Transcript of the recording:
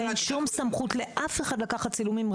אין שום סמכות לאף אחד לקחת צילומים,